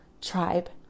tribe